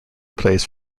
plays